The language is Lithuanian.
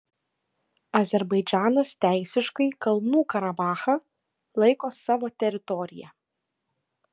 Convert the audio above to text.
azerbaidžanas teisiškai kalnų karabachą laiko savo teritorija